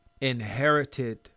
Inherited